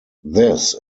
this